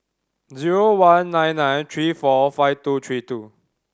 zero one nine nine three four five two three two